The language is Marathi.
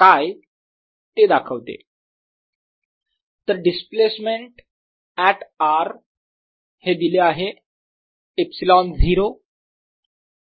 𝝌 ते दाखवते तर डिस्प्लेसमेंट ऍट r हे दिले आहे ε0